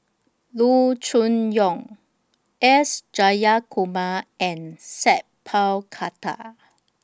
Loo Choon Yong S Jayakumar and Sat Pal Khattar